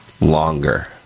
longer